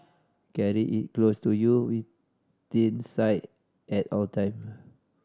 carry it close to you within sight at all time